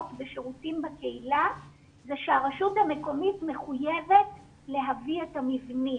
ושירותים בקהילה זה שהרשות המקומית מחויבת להביא את המבנים,